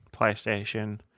PlayStation